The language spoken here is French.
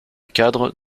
cadre